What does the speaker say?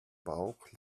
bauch